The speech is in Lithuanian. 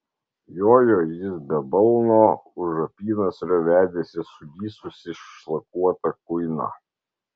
jojo jis be balno už apynasrio vedėsi sulysusį šlakuotą kuiną